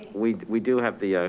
we we do have the,